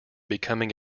becoming